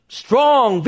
strong